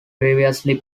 previously